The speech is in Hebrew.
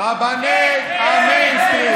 רבני המיינסטרים, רד.